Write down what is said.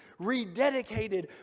rededicated